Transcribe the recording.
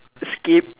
skip